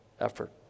effort